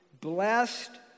Blessed